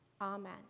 Amen